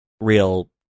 real